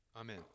amen